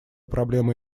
проблемы